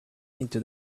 into